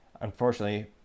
unfortunately